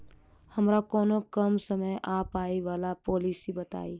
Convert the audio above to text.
हमरा कोनो कम समय आ पाई वला पोलिसी बताई?